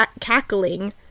cackling